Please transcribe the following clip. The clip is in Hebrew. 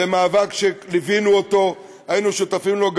זה מאבק שליווינו והיינו שותפים לו,